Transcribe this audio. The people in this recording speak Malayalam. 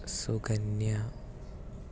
സുകന്യ